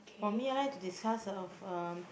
for me I like to discuss of um